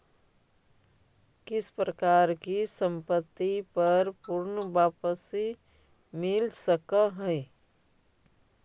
किस प्रकार की संपत्ति पर पूर्ण वापसी मिल सकअ हई